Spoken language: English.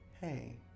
Hey